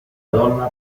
donna